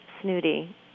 snooty